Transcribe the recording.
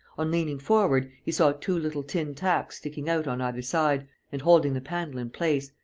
on leaning forward, he saw two little tin tacks sticking out on either side and holding the panel in place,